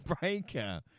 Breaker